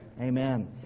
Amen